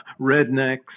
rednecks